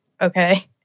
Okay